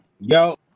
yo